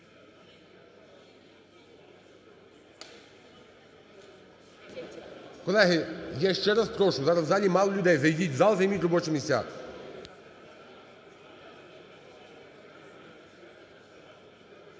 Колеги, я ще раз прошу, зараз в залі мало людей, зайдіть в зал, займіть робочі місця.